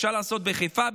אפשר לעשות בחיפה,